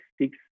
six